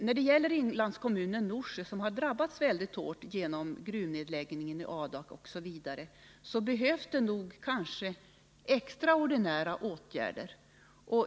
När det gäller inlandskommunen Norsjö, som har drabbats mycket hårt på grund av t.ex. nedläggandet av gruvorna i Adak, behövs det kanske extraordinära åtgärder.